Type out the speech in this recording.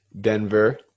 Denver